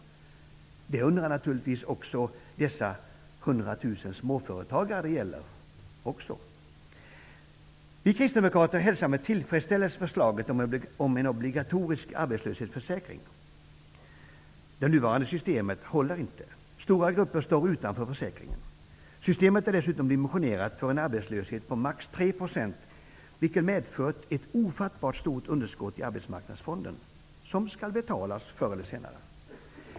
Över detta undrar naturligtvis också dessa 100 000 småföretagare som det gäller. Vi kristdemokrater hälsar med tillfredsställelse förslaget om en obligatorisk arbetslöshetsförsäkring. Det nuvarande systemet håller inte. Stora grupper står utanför försäkringen. Systemet är dessutom dimensionerat för en arbetslöshet på max 3 %, vilket medfört ett ofattbart stort underskott i arbetsmarknadsfonden, ett underskott som skall betalas förr eller senare.